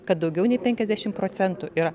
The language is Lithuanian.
kad daugiau nei penkiasdešimt procentų yra